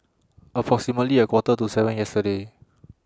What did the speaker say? approximately A Quarter to seven yesterday